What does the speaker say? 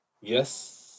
Yes